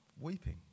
weeping